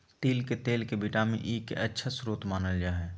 तिल के तेल के विटामिन ई के अच्छा स्रोत मानल जा हइ